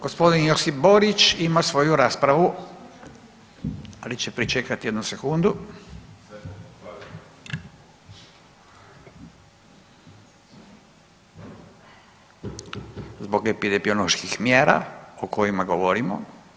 Gospodin Josip Borić ima svoju raspravu, ali će pričekati jednu sekundu zbog epidemioloških mjera o kojima govorimo.